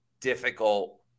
difficult